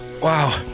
Wow